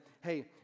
hey